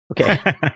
okay